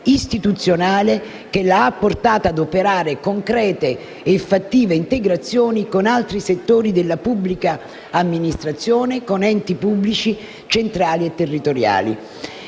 istituzionale che l'ha portata ad operare concrete e fattive integrazioni con altri settori della pubblica amministrazione, con enti pubblici centrali e territoriali.